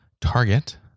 Target